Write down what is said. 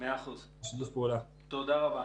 תודה רבה.